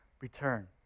return